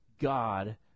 God